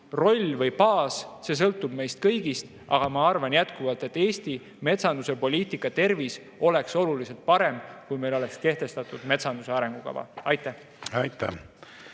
roll või baas, see sõltub meist kõigist, aga ma arvan jätkuvalt, et Eesti metsanduspoliitika tervis oleks oluliselt parem, kui meil oleks kehtestatud metsanduse arengukava. Aitäh!